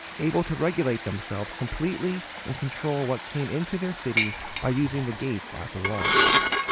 able to regulate themselves completely and control what came into their city by using the gates at the walls.